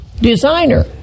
designer